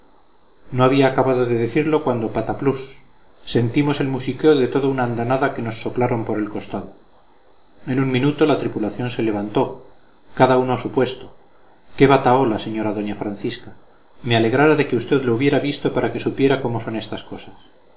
no había acabado de decirlo cuando pataplús sentimos el musiqueo de toda una andanada que nos soplaron por el costado en un minuto la tripulación se levantó cada uno a su puesto qué batahola señora doña francisca me alegrara de que usted lo hubiera visto para que supiera cómo son estas cosas